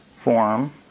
form